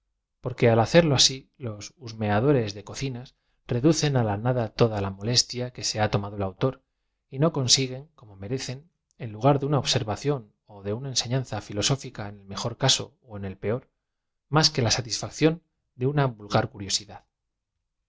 porque a l hacerlo así los husmeadores de cocina reducen á la nada toda la molestia que se ha tomado el autor j no consiguen como merecen en lugar de una observación ó de uoa ensefianza filo bóflcai en el mejor caso ó en el peor más que la ba tisfacción de una vu